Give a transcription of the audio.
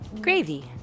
Gravy